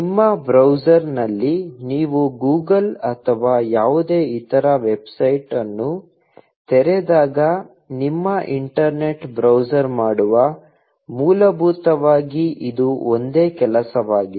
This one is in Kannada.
ನಿಮ್ಮ ಬ್ರೌಸರ್ನಲ್ಲಿ ನೀವು Google ಅಥವಾ ಯಾವುದೇ ಇತರ ವೆಬ್ಸೈಟ್ ಅನ್ನು ತೆರೆದಾಗ ನಿಮ್ಮ ಇಂಟರ್ನೆಟ್ ಬ್ರೌಸರ್ ಮಾಡುವ ಮೂಲಭೂತವಾಗಿ ಇದು ಒಂದೇ ಕೆಲಸವಾಗಿದೆ